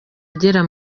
agera